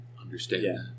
understand